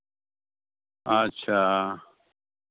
ᱟᱪᱪᱷᱟ